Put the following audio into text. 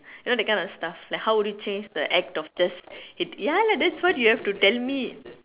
you know that kind of stuff like how would you change the act of just ya lah that's what you have to tell me